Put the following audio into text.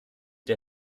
der